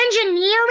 engineering